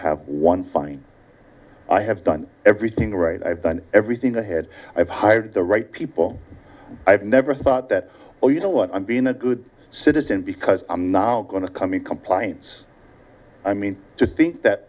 have one fine i have done everything right i've done everything ahead i've hired the right people i've never thought that well you know what i've been a good citizen because i'm now going to come in compliance i mean to think